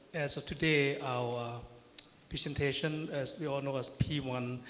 as of today our presentation as we all know as p one,